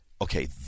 okay